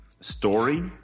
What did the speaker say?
Story